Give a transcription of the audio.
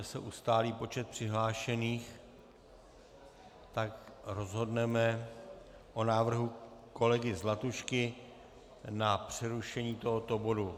Jakmile se ustálí počet přihlášených, rozhodneme o návrhu kolegy Zlatušky na přerušení tohoto bodu...